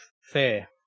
fair